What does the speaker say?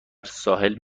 ساحل